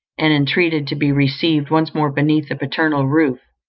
and entreated to be received once more beneath the paternal roof,